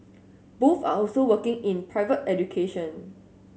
both are also working in private education